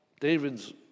David's